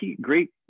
great